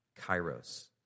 kairos